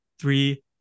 three